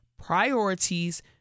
priorities